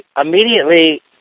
immediately